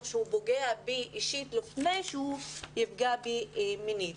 שהוא פוגע בי אישית לפני שהוא יפגע בי מינית.